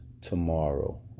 tomorrow